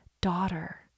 daughter